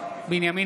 בנימין